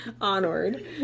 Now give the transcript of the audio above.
Onward